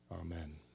Amen